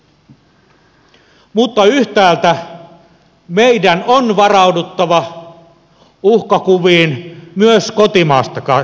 mutta yhtäältä meidän on varauduttava uhkakuviin myös kotimaasta katsoen